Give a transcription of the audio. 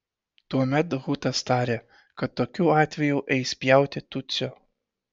tuomet hutas tarė kad tokiu atveju eis pjauti tutsio